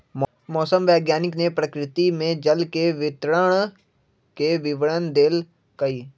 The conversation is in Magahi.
मौसम वैज्ञानिक ने प्रकृति में जल के वितरण के विवरण देल कई